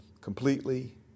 completely